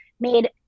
made